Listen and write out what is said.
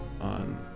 on